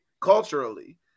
culturally